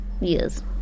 Yes